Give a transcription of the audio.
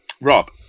Rob